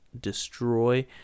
destroy